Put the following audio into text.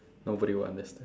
nobody will under~